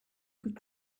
could